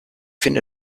finde